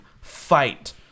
fight